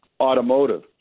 Automotive